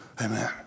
Amen